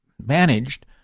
managed